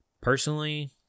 Personally